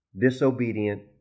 disobedient